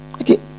Okay